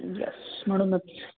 yes म्हणूनच